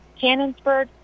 cannonsburg